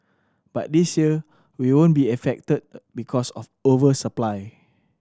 but this year we won't be affected because of over supply